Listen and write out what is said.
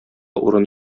урын